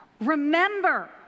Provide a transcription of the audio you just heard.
Remember